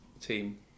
team